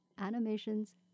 Animations